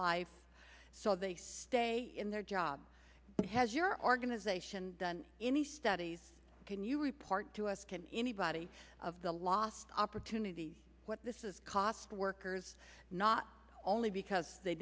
life so they stay in their job has your organization done any studies can you report to us can anybody of the lost opportunity what this is cost the workers not only because they